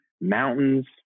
mountains